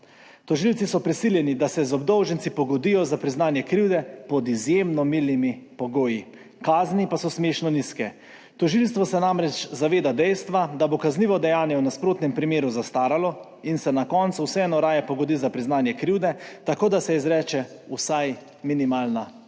Tožilci so prisiljeni, da se z obdolženci pogodijo za priznanje krivde pod izjemno milimi pogoji, kazni pa so smešno nizke. Tožilstvo se namreč zaveda dejstva, da bo kaznivo dejanje v nasprotnem primeru zastaralo in se na koncu vseeno raje pogodi za priznanje krivde tako, da se izreče vsaj minimalna kazen.